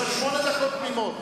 יש לך שמונה דקות תמימות.